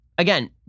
Again